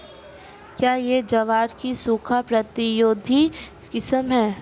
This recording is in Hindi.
क्या यह ज्वार की सूखा प्रतिरोधी किस्म है?